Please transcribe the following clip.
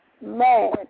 man